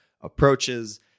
approaches